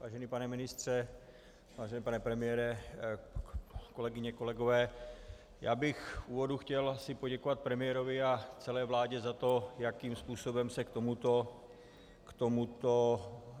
Vážený pane ministře, vážený pane premiére, kolegyně a kolegové, v úvodu bych chtěl asi poděkovat premiérovi a celé vládě za to, jakým způsobem se k tomuto